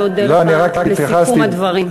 אני אודה לך על סיכום הדברים.